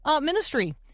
ministry